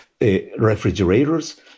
refrigerators